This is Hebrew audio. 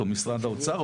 או משרד האוצר,